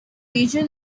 major